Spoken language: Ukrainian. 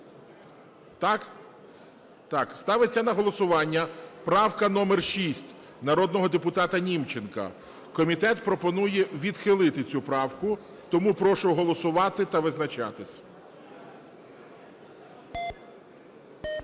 Так? Так. Ставиться на голосування правка номер 6 народного депутата Німченка, комітет пропонує відхилити цю правку. Тому прошу голосувати та визначатися. 16:22:14